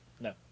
No